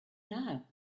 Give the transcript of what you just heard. now